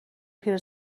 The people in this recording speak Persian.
پیره